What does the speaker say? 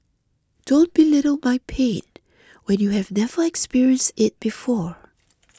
don't belittle my pain when you have never experienced it before